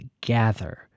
gather